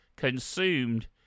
consumed